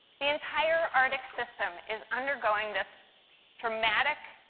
the entire arctic system is undergoing this dramatic,